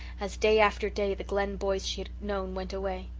as day after day the glen boys she had known went away.